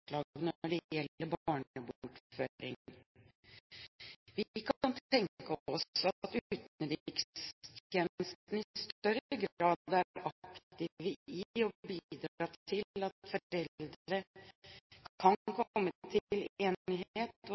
det gjelder barnebortføring. Vi kan tenke oss at utenrikstjenesten i større grad er aktive i å bidra til at foreldre kan komme